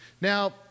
Now